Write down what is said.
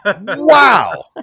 Wow